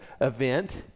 event